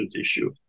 issue